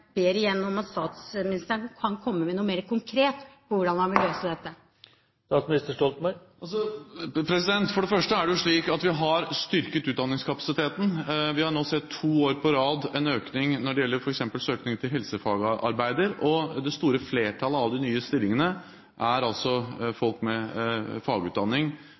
ber igjen om at statsministeren kommer med noe mer konkret om hvordan han vil løse dette. For det første er det slik at vi har styrket utdanningskapasiteten. Vi har nå to år på rad sett en økning når det f.eks. gjelder søkning til helsefagarbeiderutdanning, og det store flertallet av de nye stillingene er for folk med fagutdanning